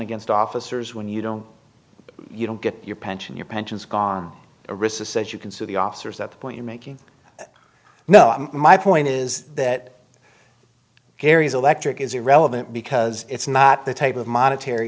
against officers when you don't you don't get your pension your pensions gone arista says you can sue the officers at the point you're making no my point is that gary's electric is irrelevant because it's not the type of monetary